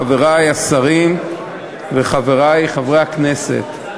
חברי השרים וחברי חברי הכנסת,